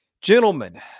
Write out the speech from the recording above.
Gentlemen